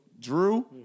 Drew